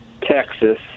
Texas